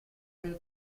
dei